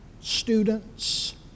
students